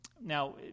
Now